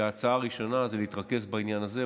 כהצעה ראשונה להתרכז בעניין הזה,